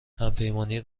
همپیمانی